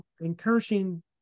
encouraging